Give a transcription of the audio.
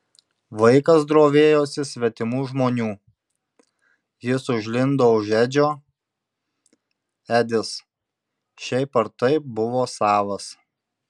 vaikas drovėjosi svetimų žmonių jis užlindo už edžio edis šiaip ar taip buvo savas